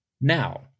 Now